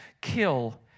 kill